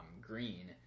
Green